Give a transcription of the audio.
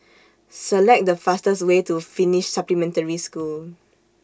Select The fastest Way to Finnish Supplementary School